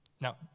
Now